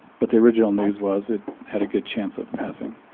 but the original news was it had a good chance of passing.